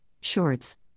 shorts